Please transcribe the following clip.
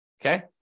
Okay